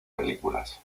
películas